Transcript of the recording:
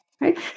Right